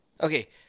Okay